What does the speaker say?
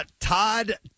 Todd